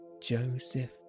Joseph